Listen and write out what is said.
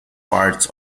parts